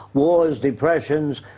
wars, depressions,